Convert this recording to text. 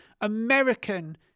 American